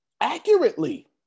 Accurately